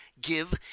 give